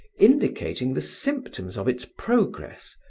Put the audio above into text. indicating the symptoms of its progress,